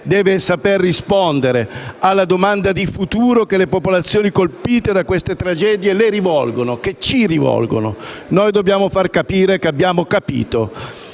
deve saper rispondere alla domanda di futuro che le popolazioni colpite da queste tragedie le rivolgono, che ci rivolgono. Dobbiamo far capire che abbiamo capito.